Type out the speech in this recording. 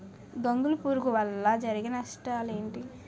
గొంగళి పురుగు వల్ల జరిగే నష్టాలేంటి?